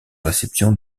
réception